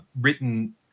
written